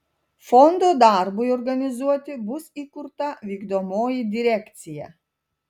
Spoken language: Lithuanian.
fondo darbui organizuoti bus įkurta vykdomoji direkcija